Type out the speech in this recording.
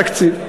התקציב.